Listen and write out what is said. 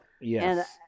Yes